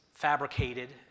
fabricated